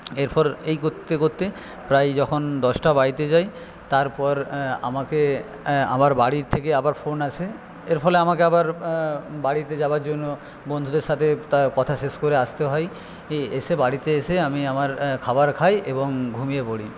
এরপর এই করতে করতে প্রায় যখন দশটা বাড়িতে যাই তারপর আমাকে আমার বাড়ির থেকে আবার ফোন আসে এর ফলে আমাকে আবার বাড়িতে যাওয়ার জন্য বন্ধুদের সাথে প্রায় কথা শেষ করে আসতে হয় এসে বাড়িতে এসে আমি আমার খাবার খাই এবং ঘুমিয়ে পড়ি